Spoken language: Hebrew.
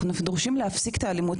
אנחנו דורשים להפסיק את האלימות,